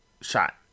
shot